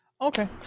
Okay